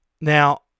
Now